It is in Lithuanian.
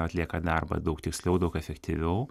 atlieka darbą daug tiksliau daug efektyviau